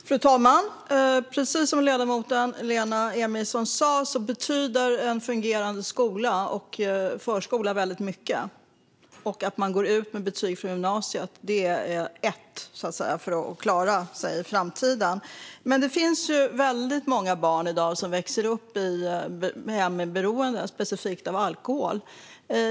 Fru talman! Precis som ledamoten Lena Emilsson sa betyder en fungerande skola och förskola väldigt mycket. Och att man går ut med betyg från gymnasiet är nummer ett, så att säga, för att man ska klara sig i framtiden. Men det är väldigt många barn i dag som växer upp i hem där det finns beroende, specifikt av alkohol.